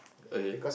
okay